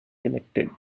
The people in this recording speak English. elected